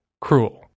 cruel